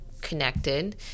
connected